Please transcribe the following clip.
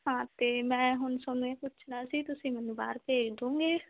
ਹਾਂ ਅਤੇ ਮੈਂ ਹੁਣ ਤੁਹਾਨੂੰ ਇਹ ਪੱਛਣਾ ਸੀ ਤੁਸੀਂ ਮੈਨੂੰ ਬਾਹਰ ਭੇਜ ਦਿਉਗੇ